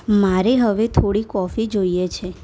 મારે હવે થોડી કોફી જોઈએ છે